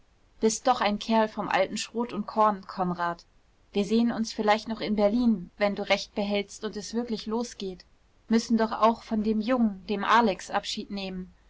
bist doch ein kerl vom alten schrot und korn konrad wir sehen uns vielleicht noch in berlin wenn du recht behältst und es wirklich losgeht müssen doch auch von dem jungen dem alex abschied nehmen